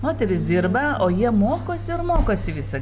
moterys dirba o jie mokosi ir mokosi visą